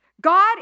God